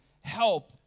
help